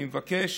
אני מבקש